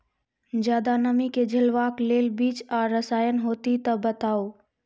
ज्यादा नमी के झेलवाक लेल बीज आर रसायन होति तऽ बताऊ?